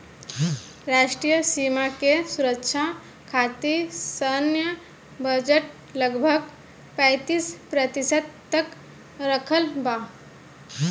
राष्ट्रीय सीमा के सुरक्षा खतिर सैन्य बजट लगभग पैंतीस प्रतिशत तक रखल बा